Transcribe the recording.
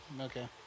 Okay